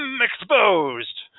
exposed